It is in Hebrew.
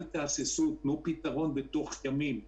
אל תהססו, תנו פתרון בתוך ימים.